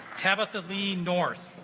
tabatha lean north